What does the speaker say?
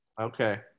Okay